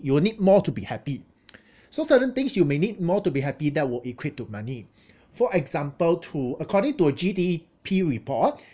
you will need more to be happy so certain things you may need more to be happy that would equate to money for example to according to a G_D_P report